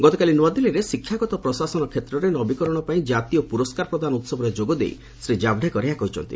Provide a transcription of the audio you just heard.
ଗତକାଲି ନ୍ତଆଦିଲ୍ଲୀରେ ଶିକ୍ଷାଗତ ପ୍ରଶାସନ କ୍ଷେତ୍ରରେ ନବୀକରଣପାଇଁ ଜାତୀୟ ପୁରସ୍କାର ପ୍ରଦାନ ଉହବରେ ଯୋଗଦେଇ ଶ୍ରୀ ଜାଭ୍ଡେକର ଏହା କହିଛନ୍ତି